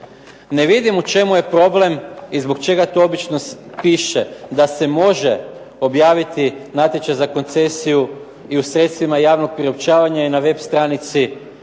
Ne vidim u čemu je problem i zbog čega to obično piše da se može objaviti natječaj za koncesiju i u sredstvima javnog priopćavanja i na web stranici